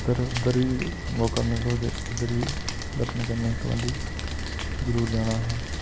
उद्धर उद्धर बी मौका मिलग ते उद्धर बी दर्शन करने गी इक बारी जरूर जाना असें